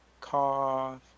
cough